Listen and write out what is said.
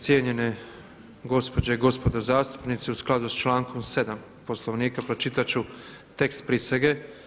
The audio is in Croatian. Cijenjene gospođe i gospodo zastupnici, u skladu s člankom 7. Poslovnika pročitat ću tekst prisege.